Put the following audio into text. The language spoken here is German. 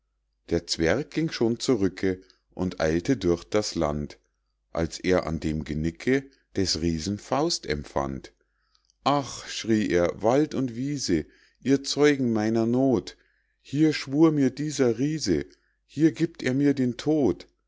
der zwerg ging schon zurücke und eilte durch das land als er an dem genicke des riesen faust empfand ach schrie er wald und wiese ihr zeugen meiner noth hier schwur mir dieser riese hier gibt er mir den tod